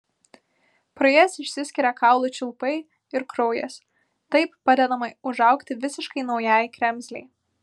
pro jas išsiskiria kaulų čiulpai ir kraujas taip padedama užaugti visiškai naujai kremzlei